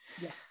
yes